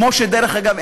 דרך אגב,